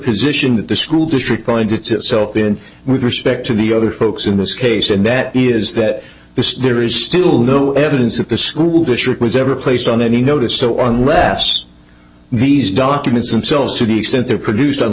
issue that the school district lines itself in with respect to the other folks in this case and that is that there is still no evidence that the school district was ever placed on any notice so on less these documents themselves to the extent they're produced